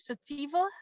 Sativa